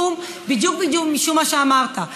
בדיוק בדיוק משום מה שאמרת,